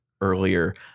earlier